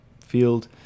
field